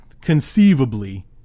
conceivably